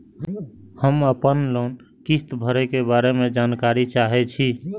हम आपन लोन किस्त भरै के बारे में जानकारी चाहै छी?